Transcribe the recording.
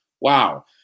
Wow